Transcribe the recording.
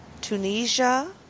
Tunisia